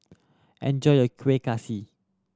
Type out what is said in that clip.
enjoy your Kueh Kaswi